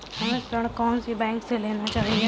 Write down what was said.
हमें ऋण कौन सी बैंक से लेना चाहिए?